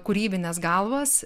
kūrybinės galvos